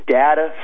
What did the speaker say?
data